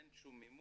אין שום מימון.